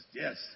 Yes